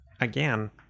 again